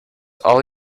all